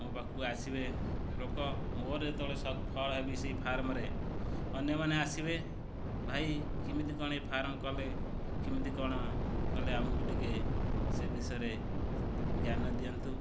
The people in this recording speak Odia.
ମୋ ପାଖକୁ ଆସିବେ ଲୋକ ମୋର ଯେତେବେଳେ ସଫଳ ହେବି ସେଇ ଫାର୍ମରେ ଅନ୍ୟମାନେ ଆସିବେ ଭାଇ କେମିତି କ'ଣ ଏଇ ଫାର୍ମ କଲେ କେମିତି କ'ଣ କଲେ ଆମକୁ ଟିକେ ସେ ବିଷୟରେ ଜ୍ଞାନ ଦିଅନ୍ତୁ